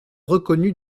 reconnu